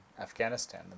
Afghanistan